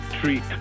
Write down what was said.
treat